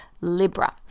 Libra